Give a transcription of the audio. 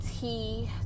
tea